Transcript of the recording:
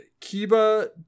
Kiba